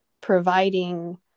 providing